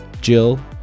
Jill